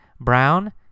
brown